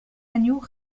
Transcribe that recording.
agneaux